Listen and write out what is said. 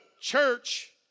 church